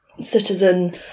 citizen